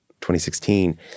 2016